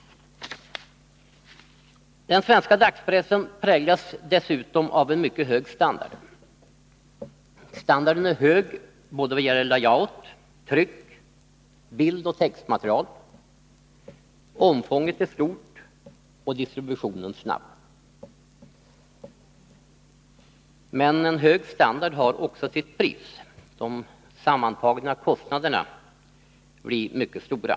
Den svenska dagspressen präglas dessutom av en mycket hög standard. Standarden är hög både vad gäller layout, tryck samt bildoch textmaterial. Omfånget är stort och distributionen snabb. Men en hög standard har sitt Nr 118 pris. De sammantagna kostnaderna blir mycket stora.